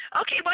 Okay